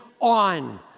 on